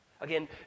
Again